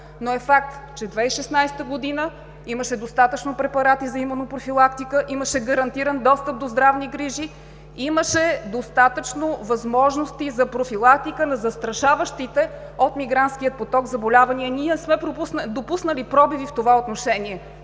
е обаче, че през 2016 г. имаше достатъчно препарати за имунопрофилактика, имаше гарантиран достъп до здравни грижи, имаше достатъчно възможности за профилактика на застрашаващите от мигрантския поток заболявания. Ние не сме допуснали пробиви в това отношение.